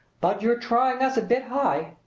but you're trying us a bit high.